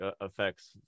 affects